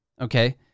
Okay